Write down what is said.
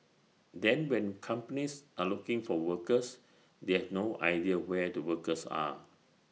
then when companies are looking for workers they have no idea where the workers are